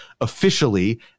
officially